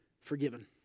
forgiven